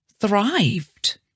thrived